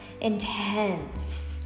intense